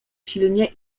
silnie